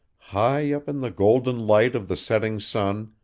high up in the golden light of the setting sun,